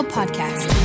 Podcast